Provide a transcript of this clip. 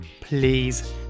please